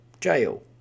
jail